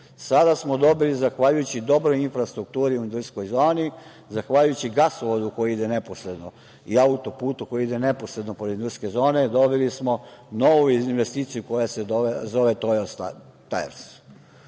Sada smo dobili zahvaljujući dobroj infrastrukturi u industrijskoj zoni, zahvaljujući gasovodu koji ide neposredno i autoputu koji ide neposredno pored industrijske zone, dobili smo novu investiciju koja se zove „Tojo